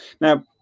Now